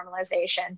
normalization